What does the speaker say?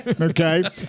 okay